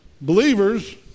believers